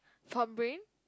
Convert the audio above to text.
from brain